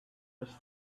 was